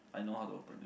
I know how to open